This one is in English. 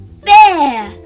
Bear